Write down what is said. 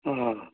ହଁ